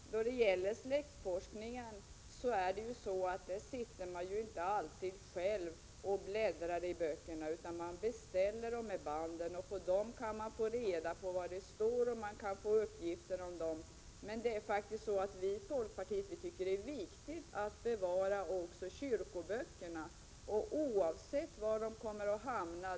Fru talman! Då det gäller släktforskningen är det ju så att man inte alltid själv sitter och bläddrar i böckerna, utan man beställer de här banden. Från dem kan man få uppgifter och i övrigt få reda på var man skall söka. Vi i folkpartiet tycker att det är viktigt att också bevara kyrkoböckerna, oavsett var de kommer att hamna.